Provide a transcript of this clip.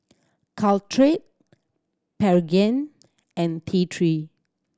Caltrate Pregain and T Three